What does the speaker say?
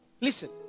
listen